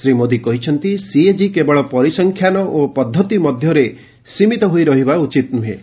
ଶ୍ରୀ ମୋଦୀ କହିଛନ୍ତି ସିଏଜି କେବଳ ପରିସଂଖ୍ୟାନ ଓ ପଦ୍ଧତି ମଧ୍ୟରେ ସୀମିତ ହୋଇ ରହିବା ଉଚିତ୍ ନୁହେଁ